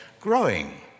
growing